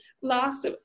last